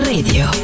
Radio